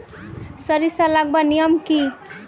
सरिसा लगवार नियम की?